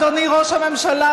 אדוני ראש הממשלה,